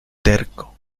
terco